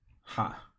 Ha